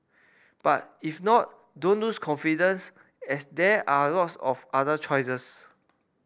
but if not don't lose confidence as there are lots of other choices